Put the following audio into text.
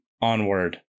onward